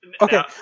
Okay